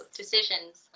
decisions